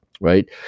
right